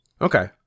Okay